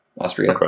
Austria